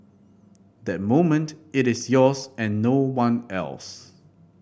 that moment it is yours and no one else